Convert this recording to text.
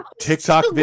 tiktok